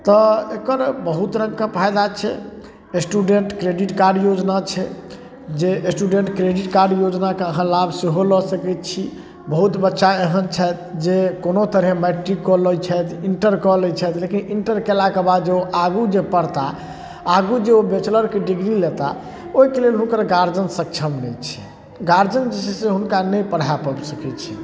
तऽ एकर बहुत रङ्गके फाइदा छै स्टूडेन्ट क्रेडिट कार्ड योजना छै जे स्टूडेन्ट क्रेडिट कार्ड योजनाके अहाँ लाभ सेहो लऽ सकै छी बहुत बच्चा एहन छथि जे कोनो तरहे मैट्रिक कऽ लै छथि इण्टर कऽ लै छथि लेकिन इण्टर कएलाके बाद जे ओ आगू जे पढ़ताह आगू जे ओ बैचलरके डिग्री लेताह ओहिके लेल हुनकर गार्जिअन सक्षम नहि छै गार्जिअन जे छै से हुनका नहि पढ़ा पावि सकै छै